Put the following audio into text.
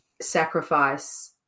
sacrifice